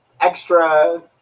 extra